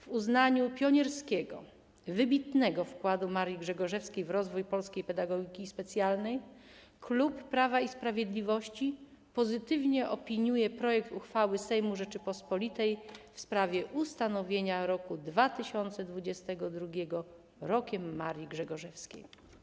W uznaniu pionierskiego, wybitnego wkładu Marii Grzegorzewskiej w rozwój polskiej pedagogiki specjalnej klub Prawa i Sprawiedliwości pozytywnie opiniuje projekt uchwały Sejmu Rzeczypospolitej w sprawie ustanowienia roku 2022 Rokiem Marii Grzegorzewskiej.